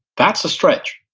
that's a stretch,